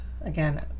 again